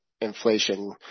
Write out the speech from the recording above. inflation